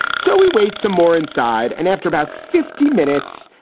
so we wait some more inside and after about fifty minutes,